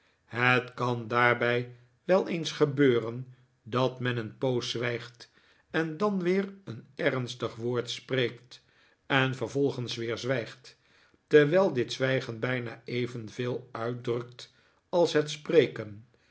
het kan daarbij wel eens gebeuren dat men een poos zwijgt en dan weer een ernstig woord spreekt en vervolgens weer zwijgt terwijl dit zwijgen bijna evenveel uitdrukt als het spreken